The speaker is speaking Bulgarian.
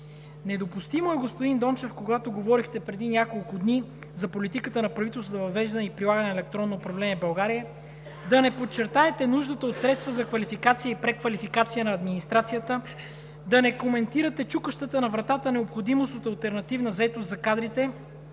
Недопустимо е, господин Дончев, когато говорихте преди няколко дни за политиката на правителството за въвеждане и прилагане на електронно управление в България, да не подчертаете нуждата от средства за квалификация и преквалификация на администрацията, да не коментирате чукащата на вратата необходимост от алтернативна заетост за кадрите,